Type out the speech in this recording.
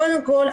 קודם כל,